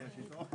להעביר אותו.